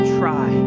try